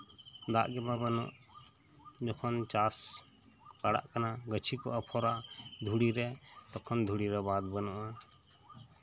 ᱫᱟᱜ ᱜᱮᱢᱟ ᱵᱟᱹᱱᱩᱜ ᱡᱮᱠᱷᱚᱱ ᱪᱟᱥ ᱯᱟᱲᱟᱜ ᱠᱟᱱᱟ ᱜᱟᱹᱪᱷᱤ ᱠᱚ ᱠᱷᱚᱨᱟ ᱫᱷᱩᱲᱤᱨᱮ ᱛᱚᱠᱷᱚᱱ ᱫᱷᱩᱲᱤᱨᱮ ᱵᱟᱫᱽ ᱵᱟᱹᱱᱩᱜᱼᱟ